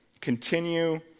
continue